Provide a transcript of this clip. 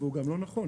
הוא גם לא נכון.